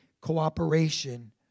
cooperation